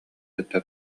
кытта